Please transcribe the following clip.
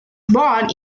born